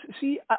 See